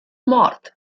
mort